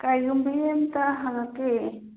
ꯀꯔꯤꯒꯨꯝꯕꯤ ꯑꯃꯠꯇ ꯍꯪꯉꯛꯀꯦ